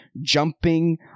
jumping